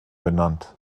benannt